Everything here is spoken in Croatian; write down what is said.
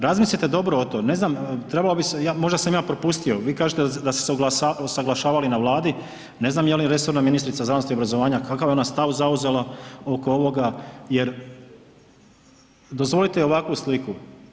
Razmislite dobro o tom, ne znam trebalo bi se, možda sam ja propustio, vi kažete da ste se usuglašavali na Vladi, ne znam je li resorna ministrica znanosti i obrazovanja, kakav je ona stav zauzela oko ovoga, jer dozvolite i ovakvu sliku.